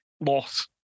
loss